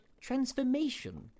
transformation